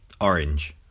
Orange